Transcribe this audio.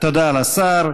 תודה לשר.